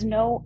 no